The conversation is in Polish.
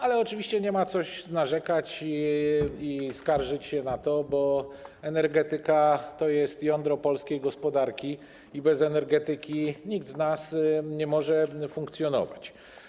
Ale oczywiście nie ma na co narzekać i się skarżyć, bo energetyka to jest jądro polskiej gospodarki i bez energetyki nikt z nas nie może funkcjonować.